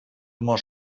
immer